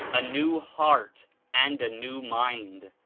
a new heart and a new mind,